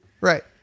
Right